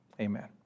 Amen